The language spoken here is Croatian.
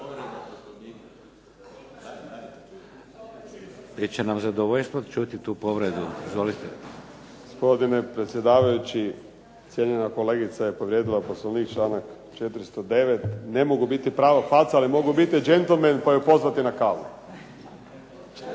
čuje./... Izvolite. **Čehok, Ivan (HSLS)** Gospodine predsjedavajući, cijenjena kolegica je povrijedila Poslovnik članak 409. Ne mogu biti prava faca ali mogu biti đentlmen pa ju pozvati na kavu.